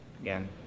again